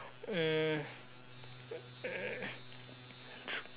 mm